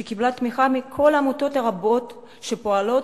שקיבלה תמיכה מכל העמותות הרבות שפועלות